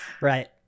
Right